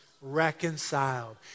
Reconciled